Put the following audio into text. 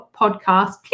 podcast